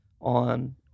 on